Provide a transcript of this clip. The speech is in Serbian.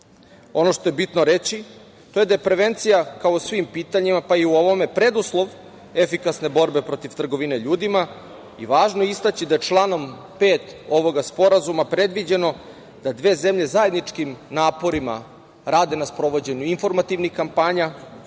što je bitno reći, to je da je prevencija, kao u svim pitanjima, pa i u ovome, preduslov efikasne borbe protiv trgovine ljudima i važno istaći da je članom 5. ovog Sporazuma predviđeno da dve zemlje zajedničkim naporima rade na sprovođenju informativnih kampanja,